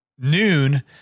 noon